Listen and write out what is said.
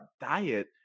diet